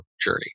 journey